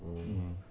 um